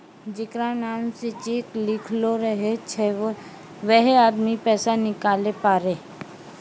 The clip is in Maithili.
जेकरा नाम से चेक लिखलो रहै छै वैहै आदमी पैसा निकालै पारै